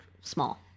small